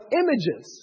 images